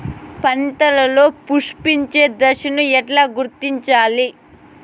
పంటలలో పుష్పించే దశను ఎట్లా గుర్తించాలి?